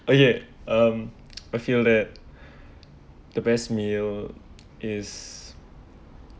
okay um I feel that the best meal is